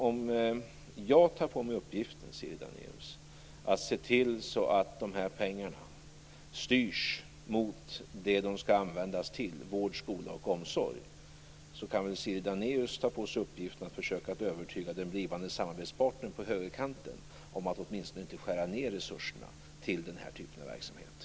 Om jag tar på mig uppgiften att se till att de här pengarna styrs mot det som de skall användas till, dvs. vård, skola och omsorg, kan väl Siri Dannaeus ta på sig uppgiften att försöka övertyga den blivande samarbetspartnern på högerkanten om att man åtminstone inte skall skära ned resurserna till denna typ av verksamheter.